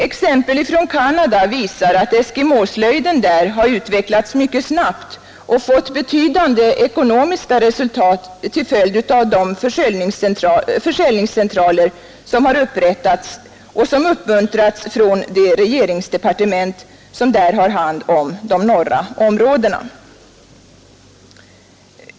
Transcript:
Exempel från Canada visar att eskimåslöjden där har utvecklats mycket snabbt och nått betydande ekonomiska resultat till följd av de försäljningscentraler som upprättats och som uppmuntrats från det regeringsdepartement som har hand om de norra områdena där.